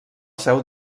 seu